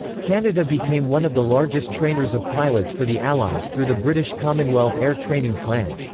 canada became one of the largest trainers of pilots for the allies through the british commonwealth air training plan.